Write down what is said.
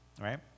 right